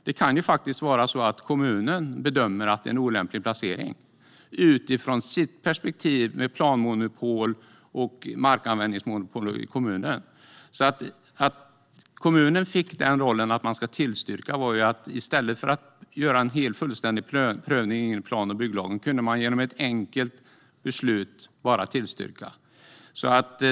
Det kan ju vara så att kommunen, utifrån sitt perspektiv med planmonopol och markanvändningsmonopol, bedömer att placeringen är olämplig. Att kommunen fick denna roll grundade sig på att man i stället för att göra en fullständig prövning enligt plan och bygglagen bara kunde tillstyrka genom ett enkelt beslut.